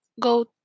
go